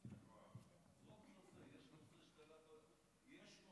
יש נושא